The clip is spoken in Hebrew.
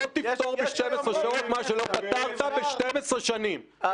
לא תפתור ב-12 שעות מה שלא פתרת ב-12 שנים.